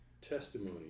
testimony